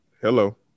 Hello